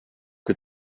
que